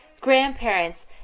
grandparents